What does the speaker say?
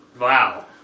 Wow